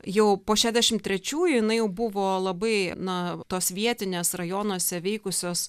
jau po šedešim trečiųjų jinai jau buvo labai na tos vietinės rajonuose veikusios